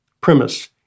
premise